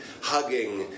Hugging